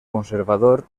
conservador